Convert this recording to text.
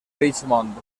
richmond